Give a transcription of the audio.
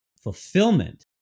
Fulfillment